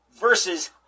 versus